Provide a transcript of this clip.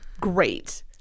great